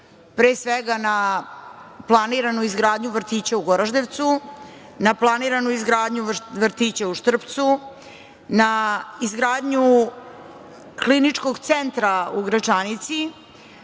pre svega na planiranu izgradnju vrtića u Goraždevcu, na planiranu izgradnju vrtića u Štrpcu, na izgradnju Kliničkog Centra u Gračanici